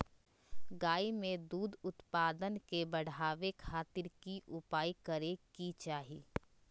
गाय में दूध उत्पादन के बढ़ावे खातिर की उपाय करें कि चाही?